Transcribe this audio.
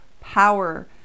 power